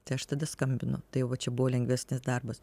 tai aš tada skambinu tai va čia buvo lengvesnis darbas